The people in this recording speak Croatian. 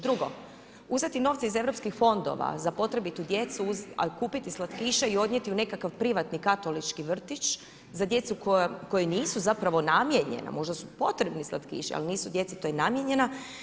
Drugo, uzeti novce iz EU fondova za potrebitu djecu, kupiti slatkiše i odnijeti u nekakav privatni katolički vrtić za djecu kojoj nisu zapravo namijenjena, možda su potrebni slatkiši, ali nisu djeci toj namijenjena.